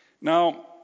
Now